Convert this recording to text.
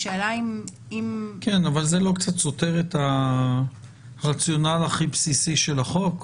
השאלה אם --- אבל זה לא קצת סותר את הרציונל הכי בסיסי של החוק?